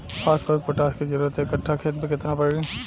Phosphorus potash के जरूरत एक कट्ठा खेत मे केतना पड़ी?